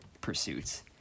pursuits